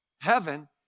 heaven